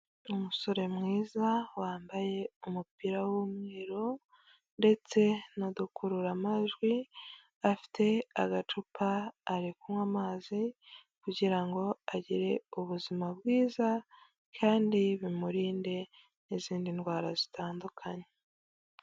Umusore mwiza wambaye umupira w'umweru ndetse n'udukurura amajwi afite agacupa ari kunywa amazi, kugira ngo agire ubuzima bwiza kandi bimurinde n'izindi ndwara zitandukanye.